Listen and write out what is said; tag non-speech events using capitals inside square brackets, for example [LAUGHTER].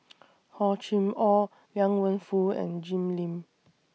[NOISE] Hor Chim Or Liang Wenfu and Jim Lim